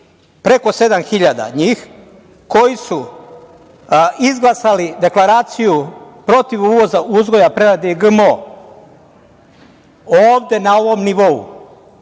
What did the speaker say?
preko 7.000 njih, koji su izglasanje Deklaraciju protiv uvoza, uzgoja i prerade GMO, ovde na ovom nivou